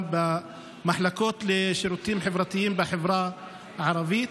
במחלקות לשירותים חברתיים בחברה הערבית.